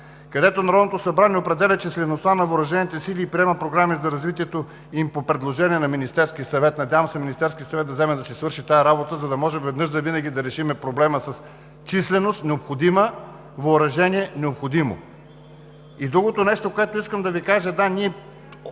където Народното събрание определя числеността на въоръжените сили и приема програми за развитието им по предложение на Министерския съвет. Надявам се Министерският съвет да вземе да си свърши работата, за да може веднъж завинаги да решим проблема с необходимата численост, с необходимото въоръжение. Другото нещо, което искам да Ви кажа: да, ние